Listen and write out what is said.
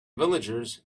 villagers